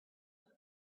and